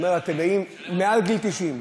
והוא אומר: אתם באים מעל גיל 90,